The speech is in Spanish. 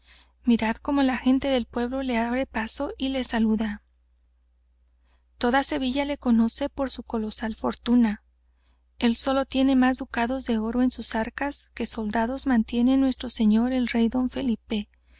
mirad como la gente del pueblo le abre paso y le saluda toda sevilla le conoce por su colosal fortuna el solo tiene más ducados de oro en sus arcas que soldados mantiene nuestro señor el rey don felipe